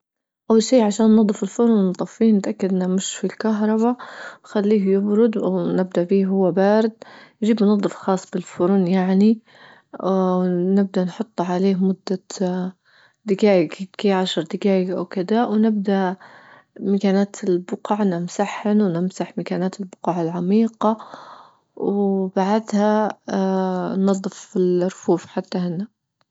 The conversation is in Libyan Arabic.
أول شي عشان ننظف الفرن ونطفيه نتأكد أنه مش في الكهربا خليه يبرد ونبدأ به وهو بارد، نجيب منظف خاص بالفرن يعني ونبدأ نحط عليه مدة دجايج هكى عشر دجايج أو كدا، ونبدأ مكانات البقع نمسحن ونمسح مكانات البقع العميقة وبعدها ننضف الرفوف حتى هن.